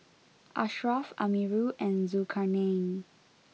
Ashraf Amirul and Zulkarnain